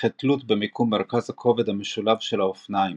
וכתלות במיקום מרכז הכובד המשולב של האופניים